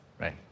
Right